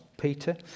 Peter